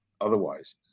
otherwise